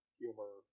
humor